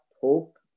hope